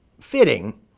fitting